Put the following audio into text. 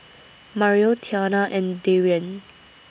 Mario Tiana and Darian